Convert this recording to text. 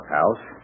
house